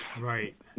Right